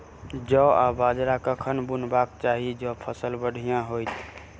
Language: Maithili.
जौ आ बाजरा कखन बुनबाक चाहि जँ फसल बढ़िया होइत?